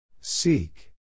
Seek